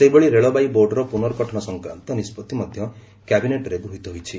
ସେହିଭଳି ରେଳବାଇ ବୋର୍ଡର ପୁନର୍ଗଠନ ସଂକ୍ରାନ୍ତ ନିଷ୍ପଭି ମଧ୍ୟ କ୍ୟାବିନେଟ୍ରେ ଗୃହୀତ ହୋଇଛି